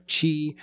chi